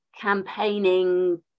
campaigning